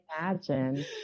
imagine